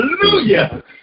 Hallelujah